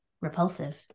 repulsive